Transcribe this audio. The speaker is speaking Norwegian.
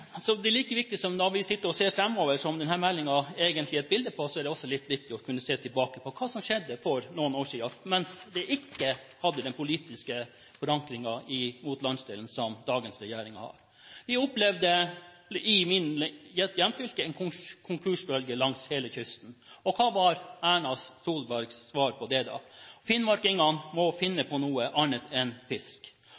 Like viktig som å sitte og se framover – som denne meldingen egentlig er et bilde på – er det også litt viktig å se tilbake på hva som skjedde for noen år siden, da vi ikke hadde den politiske forankringen mot landsdelen som det dagens regjering har. Vi opplevde i mitt hjemfylke en konkursbølge langs hele kysten. Hva var Erna Solbergs svar på det da? Finnmarkingene må finne